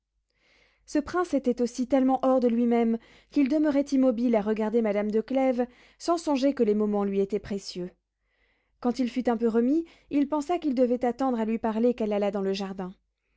ce prince était aussi tellement hors de lui-même qu'il demeurait immobile à regarder madame de clèves sans songer que les moments lui étaient précieux quand il fut un peu remis il pensa qu'il devait attendre à lui parler qu'elle allât dans le jardin